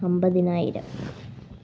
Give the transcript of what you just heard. അമ്പതിനായിരം